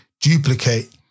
duplicate